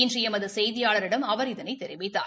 இன்றுஎமதுசெய்தியாளரிடம் அவர் இதனைதெரிவித்தார்